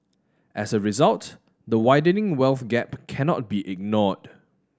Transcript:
as a result the widening wealth gap cannot be ignored